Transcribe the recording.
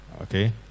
Okay